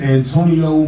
Antonio